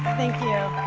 thank you.